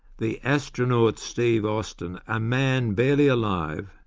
the astronaut steve austin, a man barely alive,